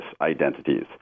identities